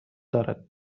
دارد